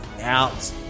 out